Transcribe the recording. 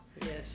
Yes